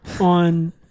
on